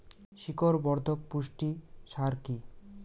শিকড় বর্ধক পুষ্টি সার কি?